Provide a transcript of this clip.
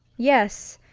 yes,